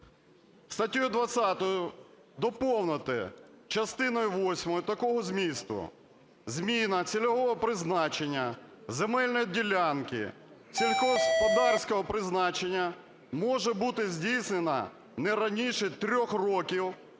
Статтею 20 доповнити частиною восьмою такого змісту: "Зміна цільового призначення земельної ділянки сільськогосподарського призначення може бути здійснена не раніше трьох років